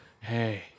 hey